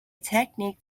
technique